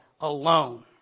alone